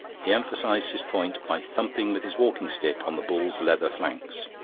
he emphasised his point by thumping with his walking-stick on the bull's leather flanks.